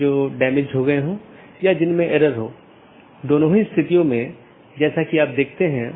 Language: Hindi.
इसलिए मैं AS के भीतर अलग अलग तरह की चीजें रख सकता हूं जिसे हम AS का एक कॉन्फ़िगरेशन कहते हैं